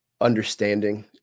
understanding